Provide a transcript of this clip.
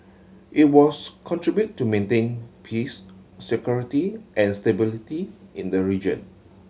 it was contribute to maintaining peace security and stability in the region